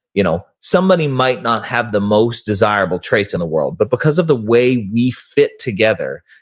you know, somebody might not have the most desirable traits in the world, but because of the way we fit together,